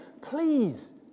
Please